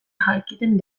jakiten